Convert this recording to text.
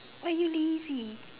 why you lazy